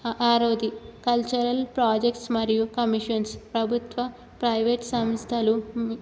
ఆరువది cultural projects మరియు commissions ప్రభుత్వ private సంస్థలు